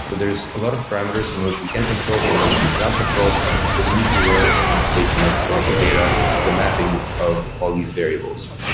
there's a lot of parameters, some of which we can control, some of which we cannot control. and so we need to learn based on their historical data the mapping of all these variables.